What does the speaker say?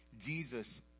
Jesus